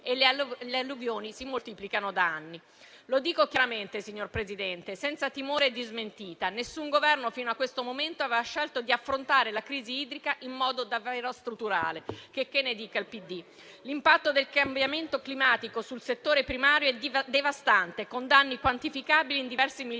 e le alluvioni si moltiplicano da anni. Lo dico chiaramente, signor Presidente, senza timore di smentita: nessun Governo fino a questo momento aveva scelto di affrontare la crisi idrica in modo davvero strutturale, checché ne dica il PD. L'impatto del cambiamento climatico sul settore primario è devastante, con danni quantificabili in diversi miliardi